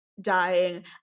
dying